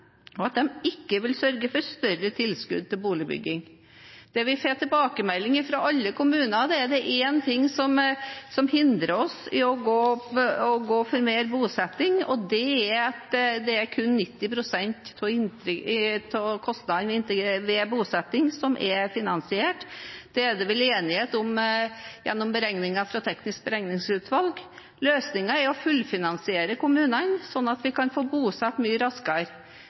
og at de ikke vil sørge for større tilskudd til boligbygging. Det vi får tilbakemelding på fra alle kommuner, er at det er én ting som hindrer dem i å gå for mer bosetting, og det er at det er kun 90 pst. av kostnadene ved bosetting som er finansiert. Det er det vel enighet om gjennom beregninger fra Det tekniske beregningsutvalg. Løsningen er å fullfinansiere kommunene, slik at vi kan få bosatt mye raskere.